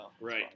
Right